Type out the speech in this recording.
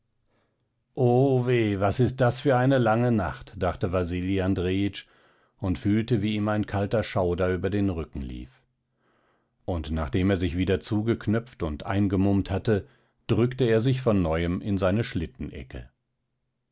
o weh was ist das für eine lange nacht dachte wasili andrejitsch und fühlte wie ihm ein kalter schauder über den rücken lief und nachdem er sich wieder zugeknöpft und eingemummt hatte drückte er sich von neuem in seine